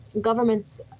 governments